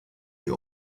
die